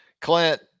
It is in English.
Clint